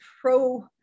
pro